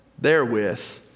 therewith